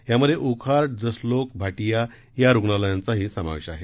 यामध्ये वोकहार्ट जसलोक भाटिया या रुग्णालयास्तिही समावेश आहे